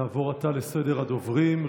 נעבור עתה לסדר הדוברים.